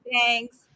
Thanks